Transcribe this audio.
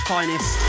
Finest